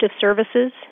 services